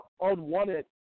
unwanted